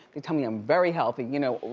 they tell me i'm very healthy, you know,